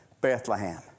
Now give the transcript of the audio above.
Bethlehem